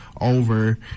over